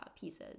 pieces